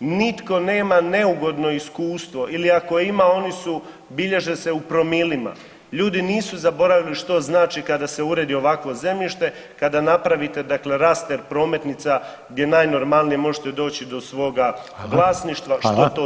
Nitko nema neugodno iskustvo ili ako je imao oni su, bilježe se u promilima, ljudi nisu zaboravili što znači kada se uredi ovakvo zemljište, kada napravite dakle raster prometnica gdje najnormalnije možete doći do svoga vlasništva [[Upadica: Hvala.]] što